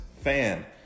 Fan